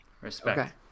Respect